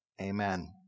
Amen